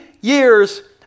years